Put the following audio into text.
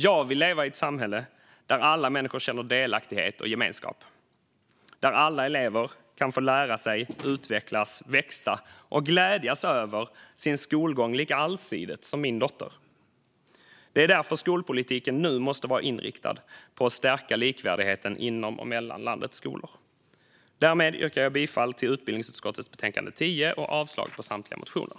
Jag vill leva i ett samhälle där alla människor känner delaktighet och gemenskap, där alla elever kan få lära sig, utvecklas, växa och glädjas över sin skolgång lika allsidigt som min dotter. Det är därför skolpolitiken nu måste vara inriktad på att stärka likvärdigheten inom och mellan landets skolor. Därmed yrkar jag bifall till utbildningsutskottets förslag i betänkande 10 och avslag på samtliga motioner.